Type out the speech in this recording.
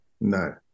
No